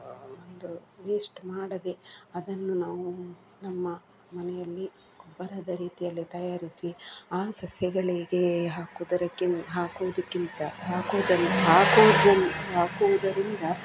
ಒಂದು ವೇಸ್ಟ್ ಮಾಡದೆ ಅದನ್ನು ನಾವು ನಮ್ಮ ಮನೆಯಲ್ಲಿ ಗೊಬ್ಬರದ ರೀತಿಯಲ್ಲಿ ತಯಾರಿಸಿ ಆ ಸಸ್ಯಗಳಿಗೆ ಹಾಕುದರಕ್ಕಿ ಹಾಕೋದಕ್ಕಿಂತ ಹಾಕುದನ್ನು ಹಾಕುವುದನ್ನು ಹಾಕುವುದರಿಂದ